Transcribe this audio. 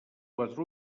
quatre